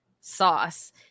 sauce